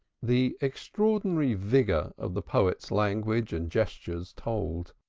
the extraordinary vigor of the poet's language and gestures told.